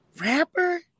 Rapper